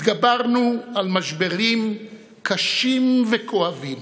התגברנו על משברים קשים וכואבים.